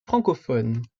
francophones